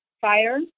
fire